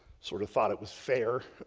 sort of thought it was fair.